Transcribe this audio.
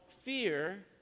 fear